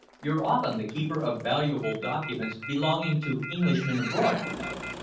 you're often the keeper of valuable documents belonging to englishmen abroad, you know.